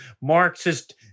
Marxist